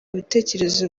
bitekerezo